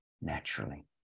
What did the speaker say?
naturally